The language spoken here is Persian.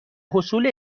حصول